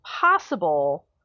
possible